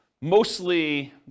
mostly